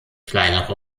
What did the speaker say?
kleinere